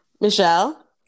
Michelle